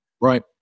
Right